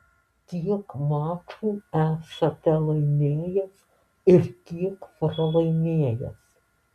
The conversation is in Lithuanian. kiek mačų esate laimėjęs ir kiek pralaimėjęs